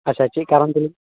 ᱪᱮᱫ ᱠᱟᱨᱚᱱᱛᱮ